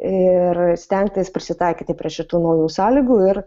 ir stengtis prisitaikyti prie šitų naujų sąlygų ir